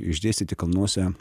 išdėstyti kalnuose